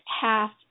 half